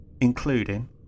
including